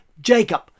Jacob